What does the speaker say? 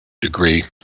degree